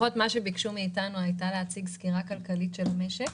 רק, מאיתנו ביקשו להציג סקירה כלכלית של המשק,